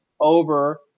over